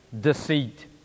deceit